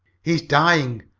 he's dying!